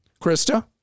Krista